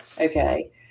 okay